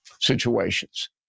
situations